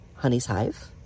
honeyshive